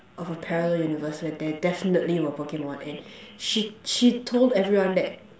of a parallel universe where there definitely were Pokemon and she she told everyone that